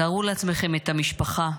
תארו לעצמכם את המשפחה,